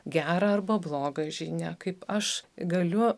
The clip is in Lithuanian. gerą arba blogą žinią kaip aš galiu